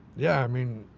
yeah, i mean.